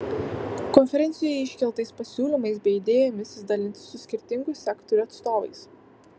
konferencijoje iškeltais pasiūlymais bei idėjomis jis dalinsis su skirtingų sektorių atstovais